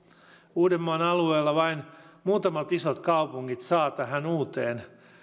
uudenmaan alueella vain muutamat isot kaupungit saavat tähän uuteen